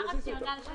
מה הרציונל של זה.